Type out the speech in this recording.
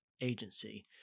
agency